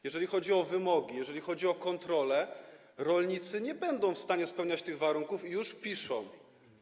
Jeżeli chodzi o wymogi, jeżeli chodzi o kontrole, to rolnicy nie będą w stanie spełnić tych warunków, i już piszą: